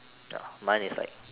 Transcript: mine is like